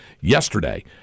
yesterday